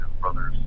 brothers